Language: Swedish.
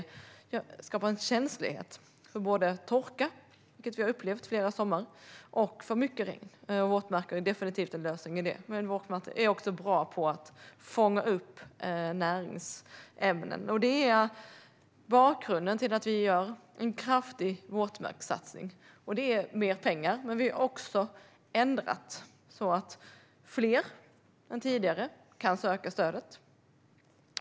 Det skapar en känslighet för torka, vilket vi har upplevt under flera somrar, och för mycket regn. Våtmark är ingen lösning på det. Men våtmarker är bra för att de fångar upp näringsämnen, och det är bakgrunden till att vi gör en kraftig våtmarkssatsning. Vi satsar mer pengar, men vi har också ändrat så att fler än tidigare kan söka det stödet.